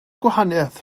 gwahaniaeth